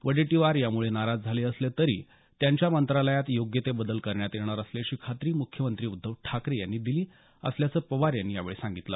वडेट्टीवार यामुळे नाराज झाले असले तरी त्यांच्या मंत्रालयात योग्य ते बदल करण्यात येणार असल्याची खात्री मुख्यमंत्री उद्धव ठाकरे यांनी त्यांना दिली असल्याचं पवार यांनी यावेळी सांगितलं